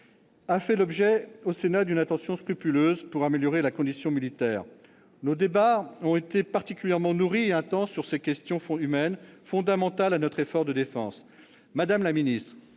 a fait l'objet au Sénat d'une attention scrupuleuse, pour améliorer la condition militaire. Nos débats ont été particulièrement nourris et intenses sur ces questions humaines, fondamentales pour notre effort de défense. Madame la ministre,